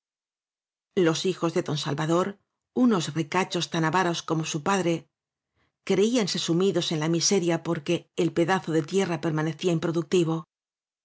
los hijos de don salvador unos ricachos tan avaros como su padre creíanse sumidos en la miseria porque el pedazo de tierra per manecía improductivo